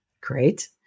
Great